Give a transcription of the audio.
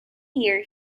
year